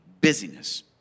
busyness